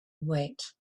wait